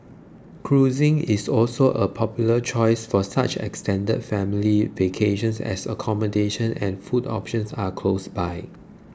cruising is also a popular choice for such extended family vacations as accommodation and food options are close by